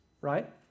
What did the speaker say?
right